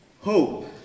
Hope